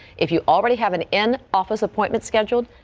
if you already have an in office appointments scheduled.